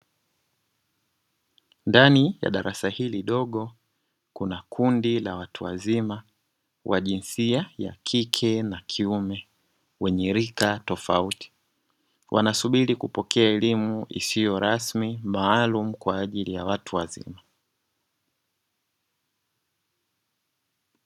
Ndani ya darasa hili dogo kuna kundi la watu wazima wa jinsia ya kike na kiume wenye rika tofauti, wanasubiri kupokea elimu isiyo rasmi maalumu kwa ajili ya watu wazima.